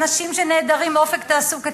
אנשים שנעדרים אופק תעסוקתי,